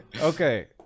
okay